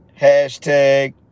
Hashtag